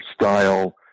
style